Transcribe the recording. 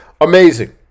amazing